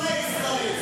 שונאי ישראל.